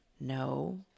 No